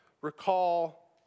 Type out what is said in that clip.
recall